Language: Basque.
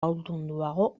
ahaldunduago